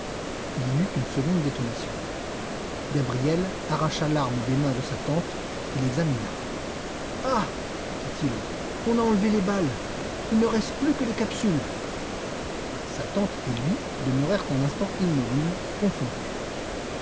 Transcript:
il y eut une seconde détonation gabriel arracha l'arme des mains de sa tante et l'examina ah fit-il on a enlevé les balles il ne reste plus que les capsules sa tante et lui demeurèrent un moment immobiles confondus